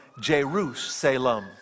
Jerusalem